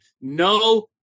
no